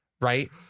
right